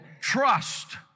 trust